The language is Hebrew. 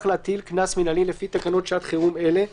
להטיל קנס מינהלי לפי תקנות שעת חירום אלה (להלן,